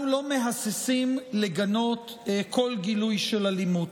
אנחנו לא מהססים לגנות כל גילוי של אלימות,